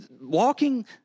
Walking